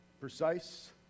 Precise